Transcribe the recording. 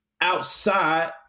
Outside